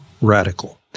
radical